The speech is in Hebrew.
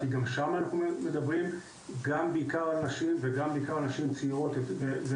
כי גם שם אנחנו מדברים בעיקר על נשים ובעיקר על נשים צעירות ונערות,